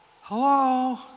Hello